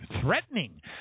threatening